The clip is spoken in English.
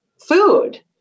food